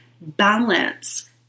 balance